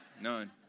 None